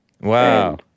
Wow